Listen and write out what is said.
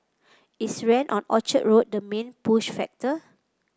is rent on Orchard Road the main push factor